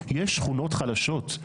יש שכונות חלשות,